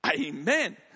Amen